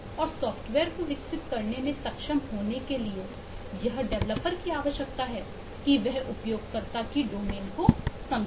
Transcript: और सॉफ्टवेयर को विकसित करने में सक्षम होने के लिएयह डेवलपर की आवश्यकता है कि वह उपयोगकर्ता की डोमेन को समझे